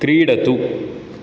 क्रीडतु